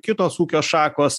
kitos ūkio šakos